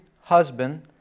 husband